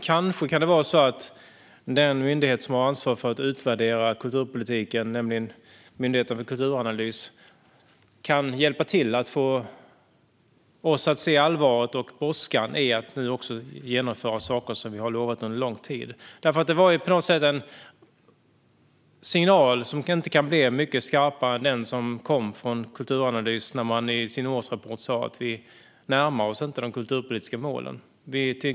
Kanske kan Myndigheten för kulturanalys, som har ansvar för att utvärdera kulturpolitiken, hjälpa till att få oss att se allvaret och brådskan när det gäller att genomföra saker som vi har lovat under lång tid. Den signal som kom från Kulturanalys, som i sin årsrapport sa att vi inte närmar oss de kulturpolitiska målen, hade inte kunnat vara mycket skarpare.